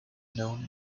known